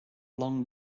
long